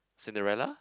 Cinderella